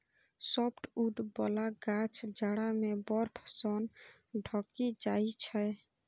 softwood बला गाछ जाड़ा मे बर्फ सं ढकि जाइ छै